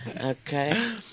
Okay